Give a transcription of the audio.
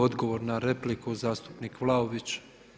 Odgovor na repliku zastupnik Vlaović.